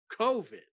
COVID